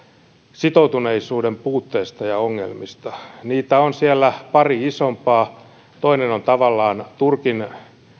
sitoutuneisuuden puutteesta ja ongelmista niitä on siellä pari isompaa toinen on tavallaan